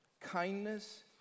kindness